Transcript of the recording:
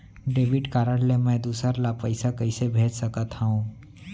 Debit card ले मैं दूसर ला पइसा कइसे भेज सकत हओं?